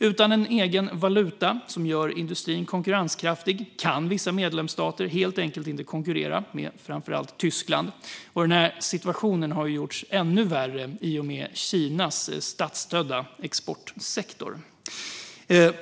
Utan en egen valuta som gör industrin konkurrenskraftig kan vissa medlemsstater helt enkelt inte konkurrera med framför allt Tyskland, och denna situation har gjorts ännu värre genom Kinas statsstödda exportsektor.